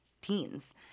teens